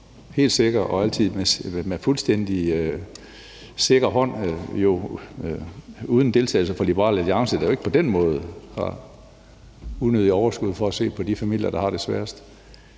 altid helt og fuldstændig uden deltagelse fra Liberal Alliance, der jo ikke på den måde har vist unødigt overskud for at se på de familier, der har det sværest